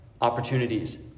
opportunities